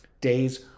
Days